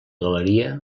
galeria